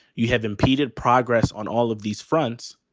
you have impeded progress on all of these fronts.